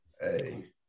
Hey